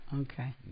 Okay